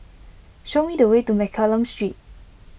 show me the way to Mccallum Street